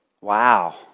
Wow